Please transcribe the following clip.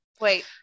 Wait